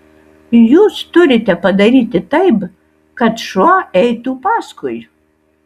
jūs turite padaryti taip kad šuo eitų paskui